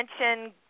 mention